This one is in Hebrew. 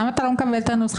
למה אתה לא מקבל את הנוסחה?